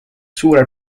suure